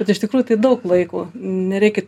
bet iš tikrųjų tai daug laiko nereikia